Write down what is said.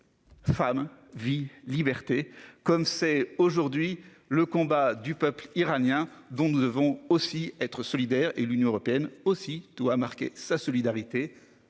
Femme, vie, liberté, comme c'est aujourd'hui le combat du peuple iranien dont nous devons aussi être solidaire et l'Union européenne aussi doit marquer sa solidarité